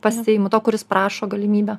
pasiimu to kuris prašo galimybę